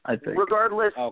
Regardless